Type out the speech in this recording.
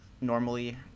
normally